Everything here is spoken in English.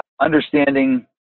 Understanding